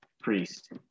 priest